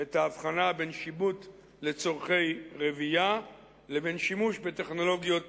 את ההבחנה בין שיבוט לצורכי רבייה לבין שימוש בטכנולוגיות